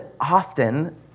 often